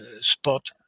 spot